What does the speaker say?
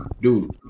dude